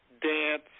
dance